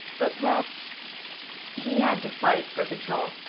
but that's he had to fight for control.